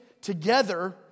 together